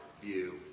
view